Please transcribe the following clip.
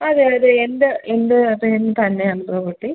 അതെ അതെ എൻ്റെ എൻ്റെ പേരിൽ തന്നെയാന്ന് പ്രോപ്പർട്ടി